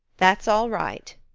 that's all right!